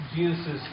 Jesus